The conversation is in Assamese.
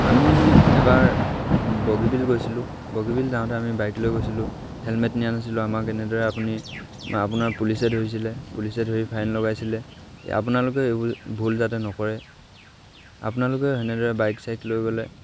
আমি এবাৰ বগীবিল গৈছিলোঁ বগীবিল যাওঁতে আমি বাইক লৈ গৈছিলোঁ হেলমেট নিয়া নাছিলোঁ আমাক এনেদৰে আপুনি আপোনাৰ পুলিচে ধৰিছিলে পুলিচে ধৰি ফাইন লগাইছিলে আপোনালোকে এইবোৰ ভুল যাতে নকৰে আপোনালোকেও সেনেদৰে বাইক চাইক লৈ গ'লে